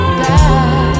back